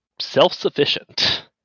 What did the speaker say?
Self-sufficient